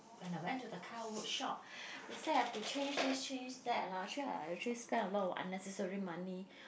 when I went to the car workshop they said I've to change this change that lah actually I actually spend a lot of unnecessary money